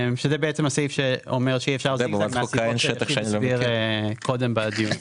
אין לי בעיה עם הסעיף, לדעתי הוא יהפוך לאות מתה.